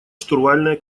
штурвальное